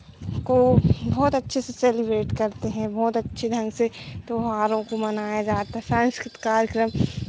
को बहुत अच्छे से सेलिब्रेट करते हैं बहुत अच्छे ढंग से त्योहारों को मनाया जाता है सांस्कृतिक कार्यक्रम